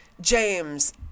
James